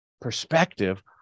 perspective